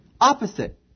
Opposite